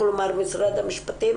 משרד המשפטים